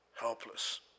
helpless